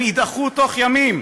הם ידעכו תוך ימים.